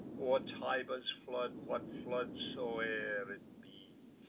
or tiber's flood, what flood soe'er it be.